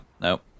No